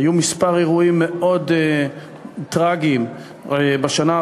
היו כמה אירועים מאוד טרגיים בשנה האחרונה,